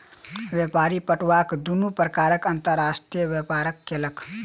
व्यापारी पटुआक दुनू प्रकारक अंतर्राष्ट्रीय व्यापार केलक